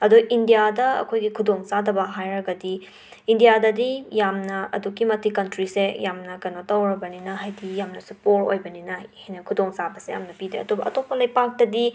ꯑꯗꯣ ꯏꯟꯗ꯭ꯌꯥꯗ ꯑꯩꯈꯣꯏꯒꯤ ꯈꯨꯗꯣꯡꯆꯥꯗꯕ ꯍꯥꯏꯔꯒꯗꯤ ꯏꯟꯗ꯭ꯌꯥꯗꯗꯤ ꯌꯥꯝꯅ ꯑꯗꯨꯛꯀꯤ ꯃꯇꯤꯛ ꯀꯟꯇ꯭ꯔꯤꯁꯦ ꯌꯥꯝꯅ ꯀꯩꯅꯣ ꯇꯧꯔꯕꯅꯤꯅ ꯍꯥꯏꯗꯤ ꯌꯥꯝꯅꯁꯨ ꯄꯣꯔ ꯑꯣꯏꯕꯅꯤꯅ ꯍꯦꯟꯅ ꯈꯨꯗꯣꯡꯆꯥꯕꯁꯦ ꯌꯥꯝꯅ ꯄꯤꯗꯦ ꯑꯗꯨꯕꯨ ꯑꯇꯣꯞꯄ ꯂꯩꯄꯥꯛꯇꯗꯤ